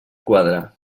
quadre